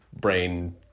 brain